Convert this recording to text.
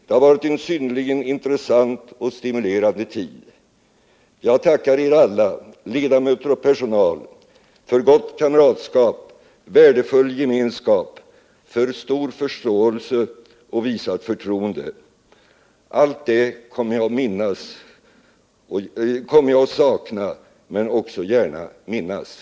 Det har varit en synnerligen intressant och stimulerande tid. Jag tackar er alla, ledamöter och personal, för gott kamratskap och värdefull gemenskap, för stor förståelse och visat förtroende. Allt detta kommer jag att sakna men också gärna minnas.